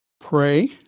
pray